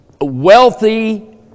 wealthy